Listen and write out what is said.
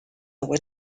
were